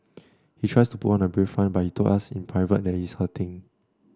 he tries to put on a brave front but he told us in private that he is hurting